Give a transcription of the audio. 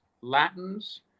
Latins